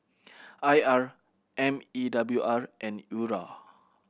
I R M E W R and URA